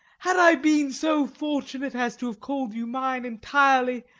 had i been so fortunate as to have called you mine entirely,